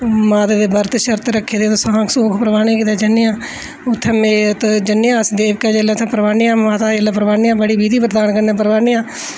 माता दे बरत शरत रक्खे दे होन ते शाख शोखं परवाने गी जन्ने आं उत्थै जन्ने आं अस देवका जेल्लै अस परवाने हां माता जेल्लै परवाने आं बड़ी विधि विधान कन्नै परवाने आं